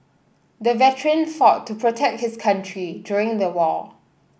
the veteran fought to protect his country during the war